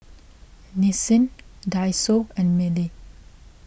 Nissin Daiso and Mili